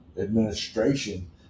administration